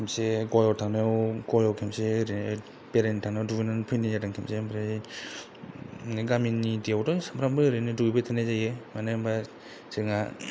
खनसे गवायाव थांनायाव गवायाव खेबसे ओरैनो बेरायनो थांनायाव दुगैनानै फैनाय जादों खनसे ओमफ्राय गामिनि दैयावथ' सानफ्रोमबो ओरैनो दुगैबाय थानाय जायो मानो होनबा जोंहा